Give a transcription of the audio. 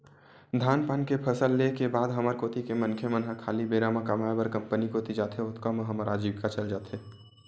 धान पान के फसल ले के बाद हमर कोती के मनखे मन ह खाली बेरा म कमाय बर कंपनी कोती जाथे, ओतका म हमर अजीविका चल जाथे